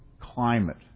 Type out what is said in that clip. climate